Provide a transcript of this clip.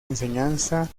enseñanza